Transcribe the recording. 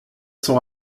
son